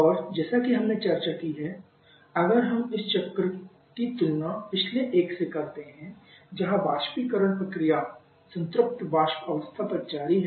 और जैसा कि हमने चर्चा की है अगर हम इस चक्र की तुलना पिछले एक से करते हैं जहां वाष्पीकरण प्रक्रिया संतृप्त वाष्प अवस्था तक जारी है